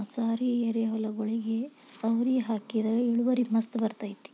ಮಸಾರಿ ಎರಿಹೊಲಗೊಳಿಗೆ ಅವ್ರಿ ಹಾಕಿದ್ರ ಇಳುವರಿ ಮಸ್ತ್ ಬರ್ತೈತಿ